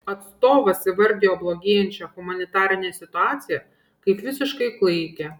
atstovas įvardijo blogėjančią humanitarinę situaciją kaip visiškai klaikią